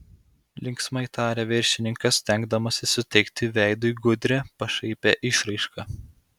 linksmai tarė viršininkas stengdamasis suteikti veidui gudrią pašaipią išraišką